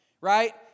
right